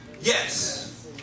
Yes